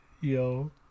Yo